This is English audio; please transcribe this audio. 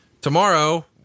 tomorrow